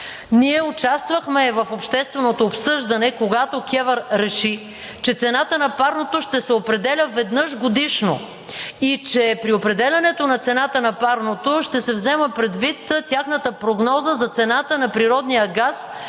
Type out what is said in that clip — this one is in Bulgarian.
Ние участвахме в общественото обсъждане, когато КЕВР реши, че цената на парното ще се определя веднъж годишно и че при определянето на цената на парното ще се взема предвид тяхната прогноза за цената на природния газ